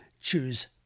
choose